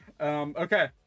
Okay